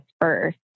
first